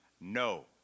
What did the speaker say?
no